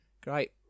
Great